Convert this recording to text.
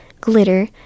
glitter